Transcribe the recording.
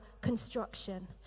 construction